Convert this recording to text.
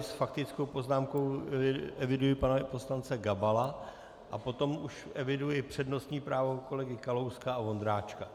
S faktickou poznámkou eviduji pana poslance Gabala a potom už eviduji přednostní právo kolegy Kalouska a Vondráčka.